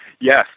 Yes